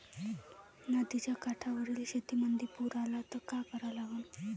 नदीच्या काठावरील शेतीमंदी पूर आला त का करा लागन?